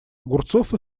огурцов